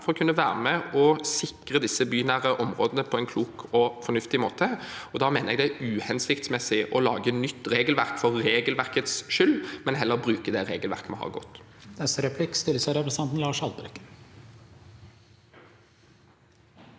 for å kunne være med og sikre disse bynære områdene på en klok og fornuftig måte. Da mener jeg det er uhensiktsmessig å lage nytt regelverk for regelverkets skyld, og at vi heller skal bruke det regelverket vi har, godt.